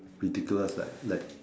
ridiculous like like